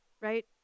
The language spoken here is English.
right